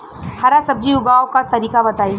हरा सब्जी उगाव का तरीका बताई?